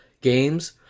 Games